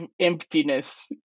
emptiness